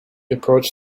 approached